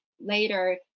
later